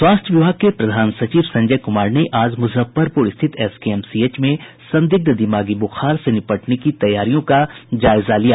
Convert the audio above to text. स्वास्थ्य विभाग के प्रधान सचिव संजय क्मार ने आज मूजफ्फरपूर स्थित एसकेएमसीएच में संदिग्ध दिमागी बुखार से निपटने की तैयारियों का जायजा लिया